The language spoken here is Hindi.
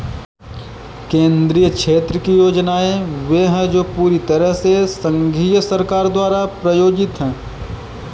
केंद्रीय क्षेत्र की योजनाएं वे है जो पूरी तरह से संघीय सरकार द्वारा प्रायोजित है